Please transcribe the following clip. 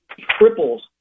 triples